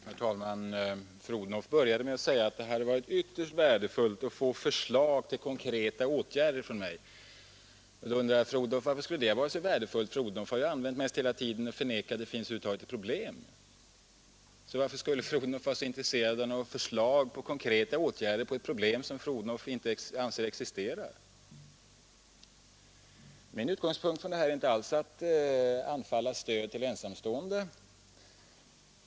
Herr talman! Fru Odhnoff började med att säga att det hade varit ytterst värdefullt att få förslag till konkreta åtgärder från mig. Varför skulle det ha varit så värdefullt? Fru Odhnoff har ju använt mesta delen av tiden till att förneka att det över huvud taget finns problem. Varför skulle fru Odhnoff vara så intresserad av något förslag till konkreta åtgärder rörade problem som enligt fru Odhnoffs uppfattning inte existerar? Min utgångspunkt är inte alls att angripa stödet till ensamstående.